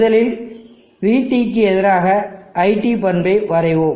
முதலில் vT க்கு எதிராக iT பண்பை வரைவோம்